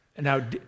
Now